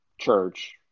church